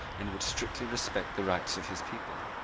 and would strictly respect the rights of his people.